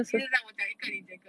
没有你讲一个我讲一个